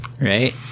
Right